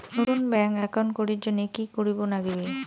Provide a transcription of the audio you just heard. নতুন bank account করির জন্যে কি করিব নাগিবে?